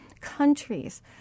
countries